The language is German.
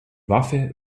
waffe